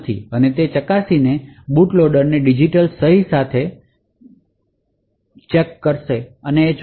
તેના માટે તે એ ચકાસશે કે તમારા બૂટ લોડરની ડિજિટલ સહી સાથે ચેડાં કરવામાં આવ્યા નથી